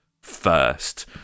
first